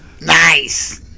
Nice